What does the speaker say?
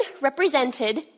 represented